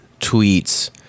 tweets